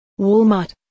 Walmart